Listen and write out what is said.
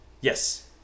Yes